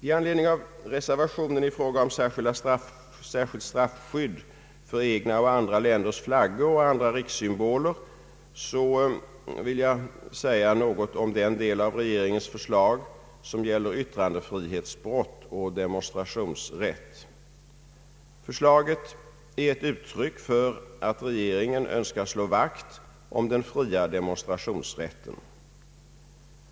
I anledning av reservationen i fråga om särskilt straffskydd för egna och andra länders flaggor och andra rikssymboler vill jag säga något om den del av regeringens förslag som gäller yttrandefrihetsbrott och demonstrationsrätt. Förslaget är ett uttryck för att regeringen önskar slå vakt om den fria demonstrationsrätten.